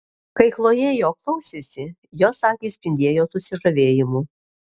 kai chlojė jo klausėsi jos akys spindėjo susižavėjimu